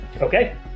okay